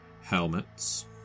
helmets